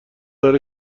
داره